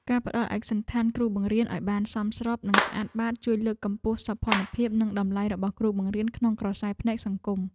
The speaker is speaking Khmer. ការផ្តល់ឯកសណ្ឋានគ្រូបង្រៀនឱ្យបានសមរម្យនិងស្អាតបាតជួយលើកកម្ពស់សោភ័ណភាពនិងតម្លៃរបស់គ្រូបង្រៀនក្នុងក្រសែភ្នែកសង្គម។